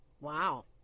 Wow